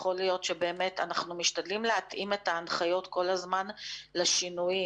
אנחנו משתדלים להתאים את ההנחיות כל הזמן לשינויים.